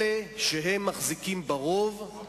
נכנסנו, הנושא המרכזי היה נאום בוש באותה תקופה.